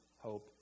hope